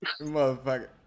motherfucker